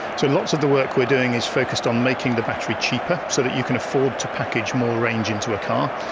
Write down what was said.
so, lots of the work we are doing is focused on making the battery cheaper so that you can afford to package more range into a car,